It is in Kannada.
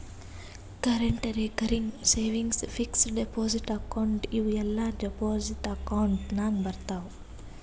current, recurring, savings, fixed deposit account ಇವೂ ಎಲ್ಲಾ ಡೆಪೋಸಿಟ್ ಅಕೌಂಟ್ ನಾಗ್ ಬರ್ತಾವ್